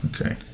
Okay